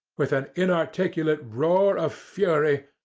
with an inarticulate roar of fury,